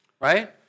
right